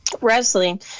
wrestling